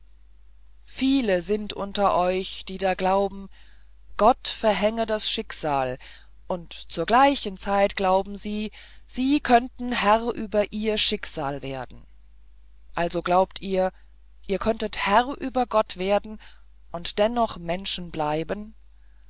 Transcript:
viele sind unter euch die da glauben gott verhänge das schicksal und zur gleichen zeit glauben sie sie könnten herr über ihr schicksal werden also glaubt ihr ihr könntet herr über gott werden und dennoch menschen bleiben